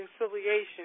reconciliation